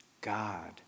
God